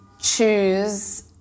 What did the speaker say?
choose